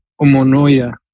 Omonoya